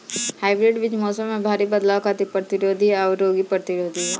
hybrid बीज मौसम में भारी बदलाव खातिर प्रतिरोधी आउर रोग प्रतिरोधी ह